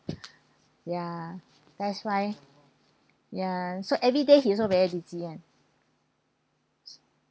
ya that's why ya so everyday he also very busy and so